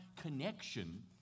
connection